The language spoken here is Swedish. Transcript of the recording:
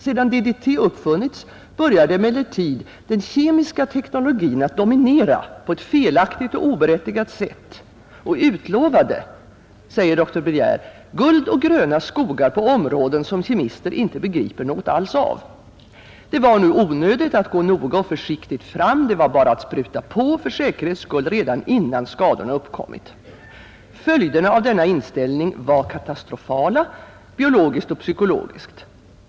Sedan DDT uppfunnits, började emellertid den kemiska teknologien att dominera på ett felaktigt och oberättigat sätt, och utlovade” — skriver dr Briejér — ”guld och gröna skogar på områden, som kemister inte begriper något alls av. Det var nu onödigt att gå noga och försiktigt fram, det var bara att spruta på, för säkerhets skull redan innan skadorna uppkommit. Följderna av denna inställning var katastrofala, biologiskt och psykologiskt.